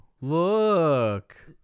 look